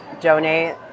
donate